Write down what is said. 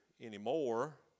anymore